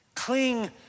Cling